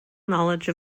knowledge